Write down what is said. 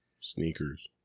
sneakers